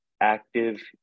active